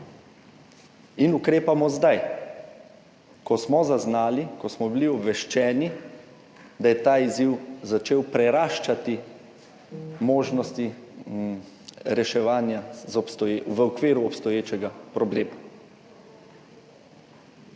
in ukrepamo zdaj, ko smo zaznali, ko smo bili obveščeni, da je ta izziv začel preraščati možnosti reševanja v okviru obstoječega problema.